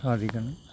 സാധിക്കുന്നു